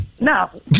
No